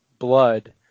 blood